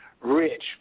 rich